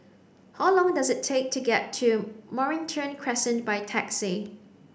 how long does it take to get to Mornington Crescent by taxi